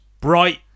bright